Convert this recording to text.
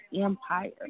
Empire